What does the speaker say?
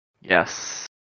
Yes